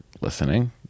listening